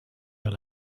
vers